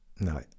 no